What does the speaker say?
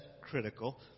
critical